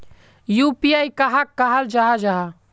UPI कहाक कहाल जाहा जाहा?